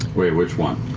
wait, which one?